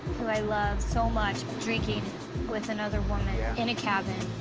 who i love so much, drinking with another woman in a cabin.